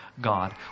God